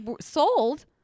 sold